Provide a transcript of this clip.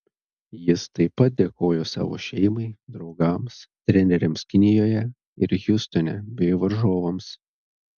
jis taip pat dėkojo savo šeimai draugams treneriams kinijoje ir hjustone bei varžovams